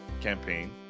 campaign